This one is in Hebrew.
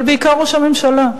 אבל בעיקר ראש הממשלה,